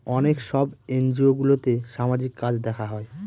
অনেক সব এনজিওগুলোতে সামাজিক কাজ দেখা হয়